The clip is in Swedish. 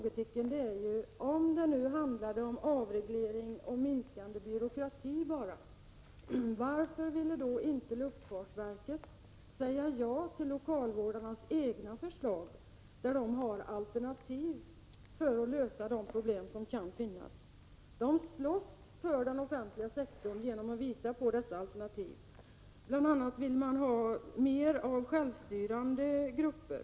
Ett sådant är att om det nu bara handlar om avreglering och minskande byråkrati, varför ville då inte luftfartsverket säga ja till lokalvårdarnas egna förslag, när de har alternativ för att lösa de problem som kan finnas? Lokalvårdarna slåss för den offentliga sektorn genom att visa på dessa alternativ. Bl. a. vill de ha mer av självstyrande grupper.